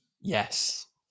Yes